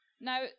Now